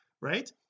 right